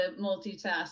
multitask